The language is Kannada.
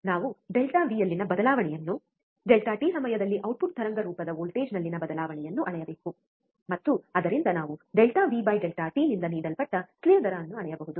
ನಾವು Δವಿ∆V ಯಲ್ಲಿನ ಬದಲಾವಣೆಯನ್ನು ΔಟಿΔt ಸಮಯದಲ್ಲಿ ಔಟ್ಪುಟ್ ತರಂಗ ರೂಪದ ವೋಲ್ಟೇಜ್ನಲ್ಲಿನ ಬದಲಾವಣೆಯನ್ನು ಅಳೆಯಬೇಕು ಮತ್ತು ಅದರಿಂದ ನಾವು Δವಿ∆VΔಟಿΔt ನಿಂದ ನೀಡಲ್ಪಟ್ಟ ಸ್ಲೀವ್ ದರ ಅನ್ನು ಅಳೆಯಬಹುದು